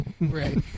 Right